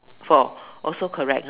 four also correct